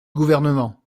gouvernement